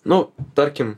nu tarkim